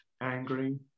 angry